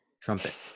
Trumpet